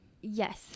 yes